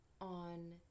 on